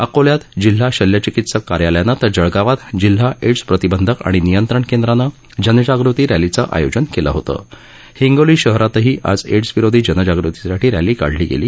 अकोल्यात जिल्हा शल्यचिकित्सक कार्यालयानं तर जळगावात जिल्हा एड्स प्रतिबंधक आणि नियंत्रण केंद्रानं जनजागृती रॅलीचं आयोजन केलं होतं हिंगोली शहरातही आज एड्सविरोधी जनजागृतीसाठी रॅली काढली गेली